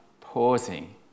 pausing